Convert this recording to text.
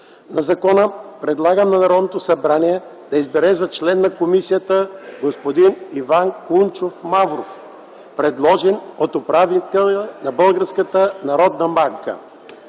от закона предлагам на Народното събрание да избере за член на комисията господин Иван Кунчов Мавров, предложен от управителя на